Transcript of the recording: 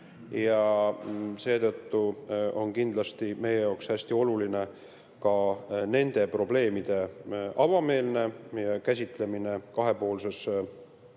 Seetõttu on kindlasti meie jaoks hästi oluline ka nende probleemide avameelne käsitlemine kahepoolses suhtluses